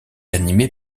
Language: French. animée